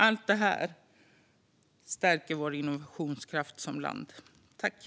Allt det här stärker vårt lands innovationskraft.